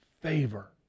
favor